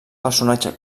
personatge